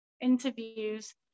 interviews